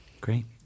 great